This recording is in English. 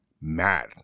mad